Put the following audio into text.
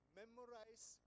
memorize